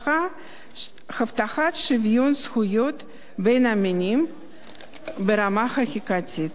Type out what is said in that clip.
הבטחת שוויון זכויות בין המינים ברמה חקיקתית.